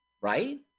Right